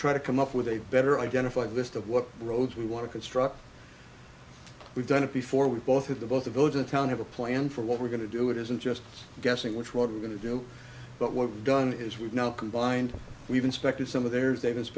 try to come up with a better identify list of what roads we want to construct we've done it before we both of the both of those in town have a plan for what we're going to do it isn't just guessing which what we're going to do but what we've done is we've now combined we've inspected some of theirs